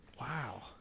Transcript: Wow